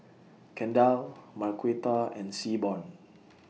Kendall Marquita and Seaborn